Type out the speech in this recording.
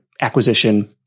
acquisition